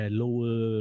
lower